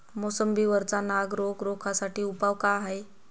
मोसंबी वरचा नाग रोग रोखा साठी उपाव का हाये?